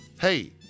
hey